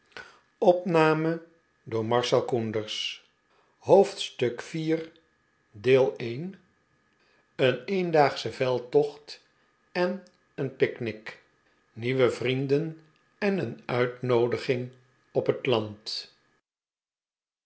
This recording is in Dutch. iv een eendaagsche veldtocht en een picknick nieuwe vrienden en een uitnoodiging op het land